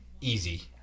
easy